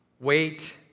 wait